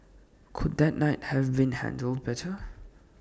could that night have been handled better